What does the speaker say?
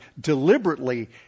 deliberately